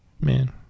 Man